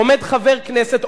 עומד חבר כנסת,